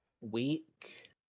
week